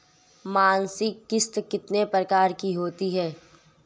मासिक किश्त कितने प्रकार की होती है?